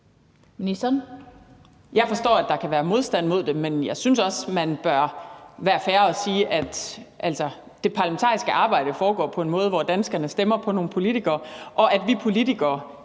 Jeg forstår, at der kan være modstand mod det, men jeg synes også, at man bør være fair og sige, at det parlamentariske arbejde foregår på en måde, hvor danskerne stemmer på nogle politikere, og hvor vi politikere,